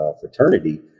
fraternity